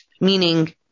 meaning